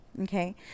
okay